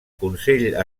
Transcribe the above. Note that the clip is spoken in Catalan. consell